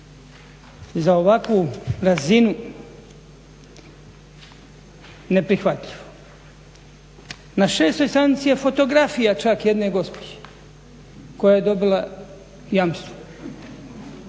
za ovakvu razinu neprihvatljivo. Na 6.stranici je fotografija čak jedne gospođe koja je dobila jamstvo.